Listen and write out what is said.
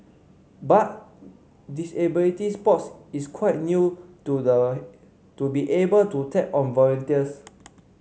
but disability sports is quite new to the to be able to tap on volunteers